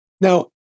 Now